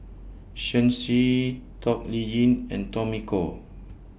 Shen Xi Toh Liying and Tommy Koh